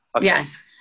Yes